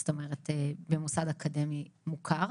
זאת אומרת במוסד אקדמי מוכר,